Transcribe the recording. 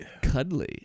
Cuddly